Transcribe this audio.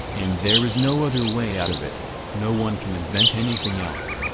and there is no other way out of it no one can invent anything else.